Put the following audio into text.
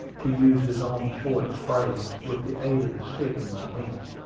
to use his own choice phrase, with the aid of the stick in my hand.